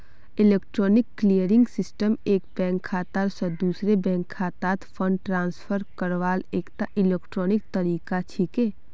electronic clearing system एक bank खाता स दूसरे बैंक खातात फंड ट्रांसफर करवार एकता इलेक्ट्रॉनिक तरीका छिके